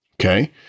okay